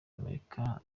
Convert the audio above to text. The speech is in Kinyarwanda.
amerika